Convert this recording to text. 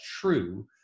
true